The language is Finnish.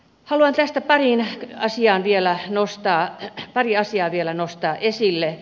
haluan tästä pari asiaa vielä nostaa esille